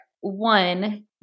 one